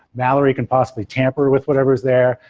malory can possibly tamper with whatever is there,